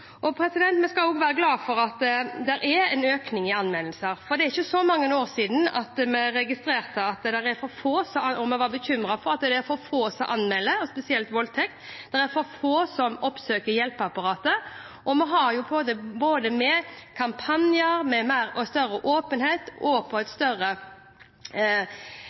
Vi skal også være glad for at det er en økning i antall anmeldelser. Det er ikke så mange år siden vi registrerte – og var bekymret for – at det var for få som anmeldte spesielt voldtekt, og det var for få som oppsøkte hjelpeapparatet. Vi har jo både flere kampanjer, mer og større åpenhet og et sterkere fokus på